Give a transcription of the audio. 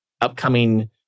upcoming